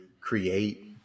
create